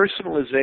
personalization